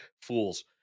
fools